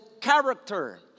character